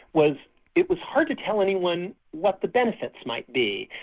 was it was hard to tell anyone what the benefits might be.